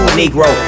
negro